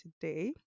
today